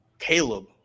Caleb